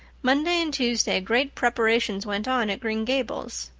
monday and tuesday great preparations went on at green gables.